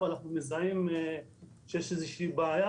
ואנחנו מזהים שיש איזה בעיה,